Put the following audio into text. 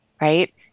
right